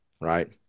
right